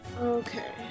Okay